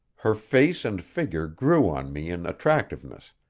her face and figure grew on me in attractiveness,